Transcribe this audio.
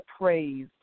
praise